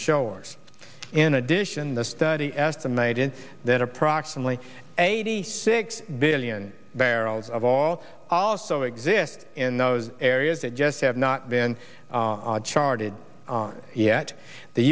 shoulders in addition the study estimated that approximately eighty six billion barrels of all also exists in those areas that just have not been charted yet the